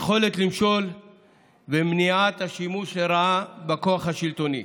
יכולת למשול ומניעת השימוש לרעה בכוח השלטוני.